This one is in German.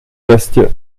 bestie